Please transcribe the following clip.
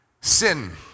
Sin